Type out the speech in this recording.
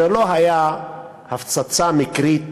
זה לא הייתה הפצצה מקרית